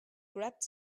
grabbed